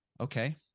okay